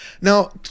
now